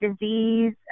disease